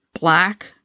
black